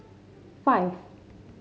five